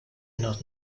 not